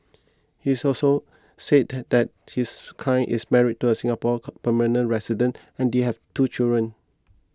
he also said that his client is married to a Singapore permanent resident and they have two children